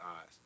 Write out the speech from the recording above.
eyes